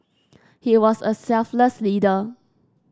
he was a selfless leader